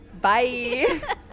Bye